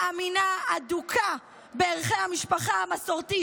אני מאמינה אדוקה בערכי המשפחה המסורתית,